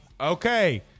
Okay